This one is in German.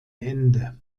ende